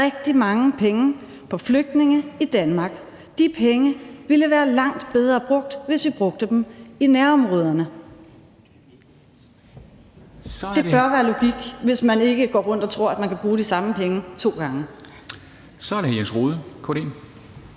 rigtig mange penge på flygtninge i Danmark. De penge ville være langt bedre brugt, hvis vi brugte dem i nærområderne. Det bør være logik, hvis man ikke går rundt og tror, at man kan bruge de samme penge to gange. Kl. 10:14 Formanden